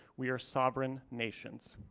we are sovereign nations.